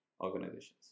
organizations